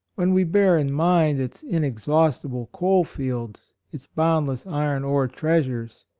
when we bear in mind its inexhaustible coal fields, its bound less iron ore treasures,